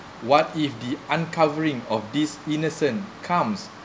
what if the uncovering of these innocent comes